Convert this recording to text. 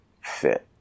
fit